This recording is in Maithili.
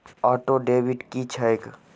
ऑटोडेबिट की छैक?